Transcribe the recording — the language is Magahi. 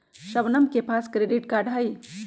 शबनम के पास क्रेडिट कार्ड हई